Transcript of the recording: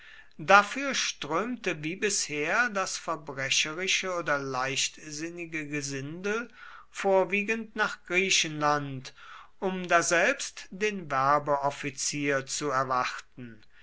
dafür strömte wie bisher das verbrecherische oder leichtsinnige gesindel vorwiegend nach griechenland um daselbst den werbeoffizier zu erwarten